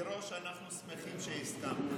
מראש אנחנו שמחים שהסכמת.